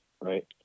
right